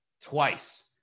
Twice